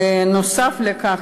ונוסף על כך,